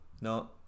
no